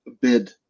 bid